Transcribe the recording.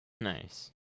Nice